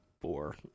four